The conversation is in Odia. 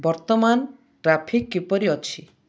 ବର୍ତ୍ତମାନ ଟ୍ରାଫିକ୍ କିପରି ଅଛି